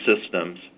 systems